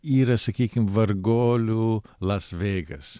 yra sakykim vargolių las vegas